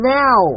now